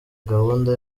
gahunda